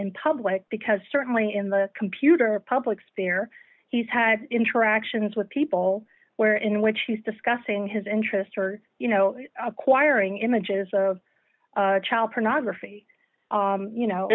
in public because certainly in the computer public sphere he's had interactions with people where in which he's discussing his interest or you know acquiring images of child pornography you know